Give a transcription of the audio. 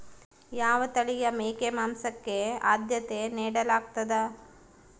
ಯಾವ ತಳಿಯ ಮೇಕೆ ಮಾಂಸಕ್ಕೆ, ಆದ್ಯತೆ ನೇಡಲಾಗ್ತದ?